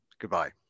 Goodbye